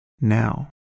now